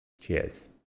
Cheers